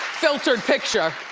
filtered picture.